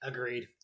Agreed